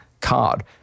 card